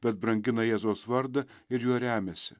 bet brangina jėzaus vardą ir juo remiasi